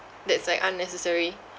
that's like unnecessary